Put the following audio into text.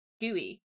Gooey